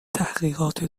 تحقیقات